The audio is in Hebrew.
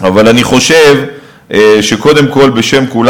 אני מציעה להיעזר בחבר